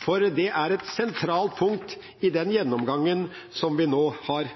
for det er et sentralt punkt i den gjennomgangen som vi nå har.